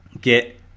get